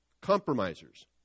compromisers